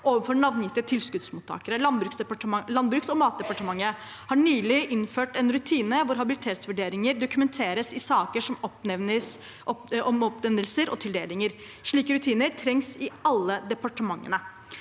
ovenfor navngitte tilskuddsmottakere. Landbruks- og matdepartementet har nylig innført en rutine hvor habilitetsvurderinger dokumenteres i saker om oppnevnelser og tildelinger. Slike rutiner trengs i alle departementene.